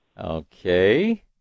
Okay